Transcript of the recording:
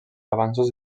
avanços